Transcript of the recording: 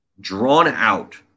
drawn-out